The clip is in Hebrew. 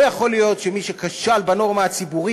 לא יכול להיות שמי שכשל בנורמה הציבורית